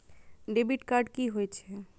Debit card की होय छेय?